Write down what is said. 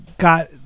got